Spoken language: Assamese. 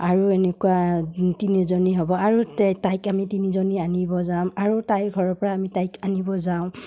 আৰু এনেকুৱা তিনিজনী হ'ব আৰু তাইক আমি তিনিজনী আনিব যাম আৰু তাইৰ ঘৰৰ পৰা আমি তাইক আনিব যাওঁ